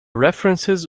references